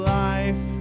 life